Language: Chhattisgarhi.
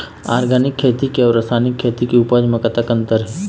ऑर्गेनिक खेती के अउ रासायनिक खेती के उपज म कतक अंतर हे?